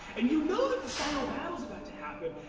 and you know that the final battle is about to happen.